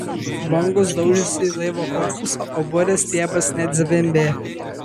bangos daužėsi į laivo korpusą o burės stiebas net zvimbė